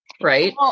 Right